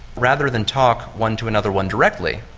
rather than talk one to another one directly,